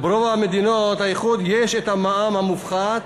ברוב מדינות האיחוד יש מע"מ מופחת,